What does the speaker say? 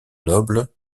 noble